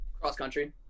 Cross-country